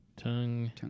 Tongue